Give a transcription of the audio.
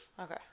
Okay